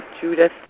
Judith